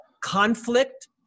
conflict